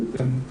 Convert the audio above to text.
כן.